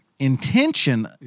Intention